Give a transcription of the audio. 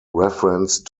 reference